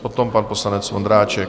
Potom pan poslanec Vondráček.